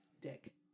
Dick